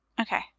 Okay